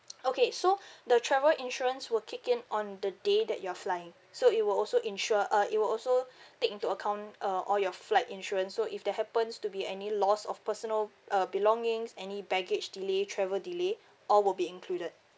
okay so the travel insurance will kick in on the day that you're flying so it will also insure uh it will also take into account uh all your flight insurance so if that happens to be any loss of personal uh belongings any baggage delay travel delay all will be included